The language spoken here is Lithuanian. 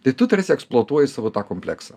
tai tu tarsi eksploatuoji savo tą kompleksą